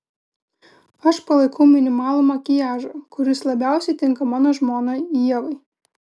aš palaikau minimalų makiažą kuris labiausiai tinka mano žmonai ievai